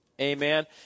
Amen